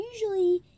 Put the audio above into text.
usually